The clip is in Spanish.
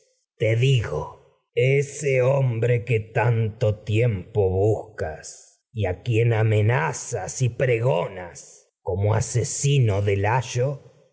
te digo ese que hombre tanto tiempo buscas y a quien amenazas y pregonas ne como asesino de layo